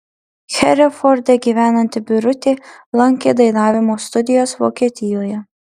hereforde gyvenanti birutė lankė dainavimo studijas vokietijoje